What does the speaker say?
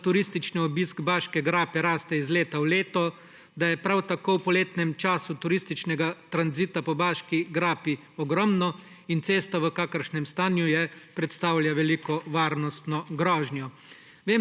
da turistični obisk Baške grape raste iz leto v leto, da je prav tako v poletnem času turističnega tranzita po Baški grapi ogromno in cesta, v kakršnem stanju je, predstavlja veliko varnostno grožnjo.